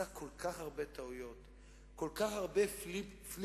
תודה רבה לחבר הכנסת יואל חסון, חן-חן.